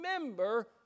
remember